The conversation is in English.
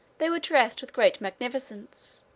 they were dressed with great magnificence,